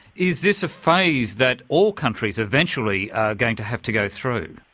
is this a phase that all countries eventually are going to have to go through?